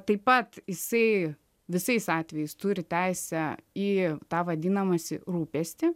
taip pat jisai visais atvejais turi teisę į tą vadinamasi rūpestį